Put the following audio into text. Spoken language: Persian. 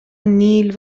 نیل